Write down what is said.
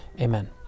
Amen